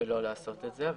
שלא לעשות את זה.